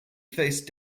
face